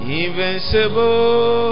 invincible